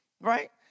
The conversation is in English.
right